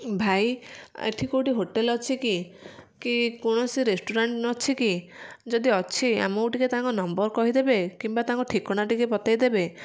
ଭାଇ ଏଠି କେଉଁଠି ହୋଟେଲ୍ ଅଛି କି କି କୌଣସି ରେଷ୍ଟୁରାଣ୍ଟ ଅଛି କି ଯଦି ଅଛି ଆମକୁ ଟିକେ ତାଙ୍କ ନମ୍ବର କହିଦେବେ କିମ୍ବା ତାଙ୍କ ଠିକଣା ଟିକେ ବତାଇଦେବେ